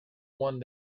one